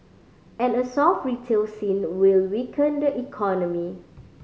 and a soft retail scene will weaken the economy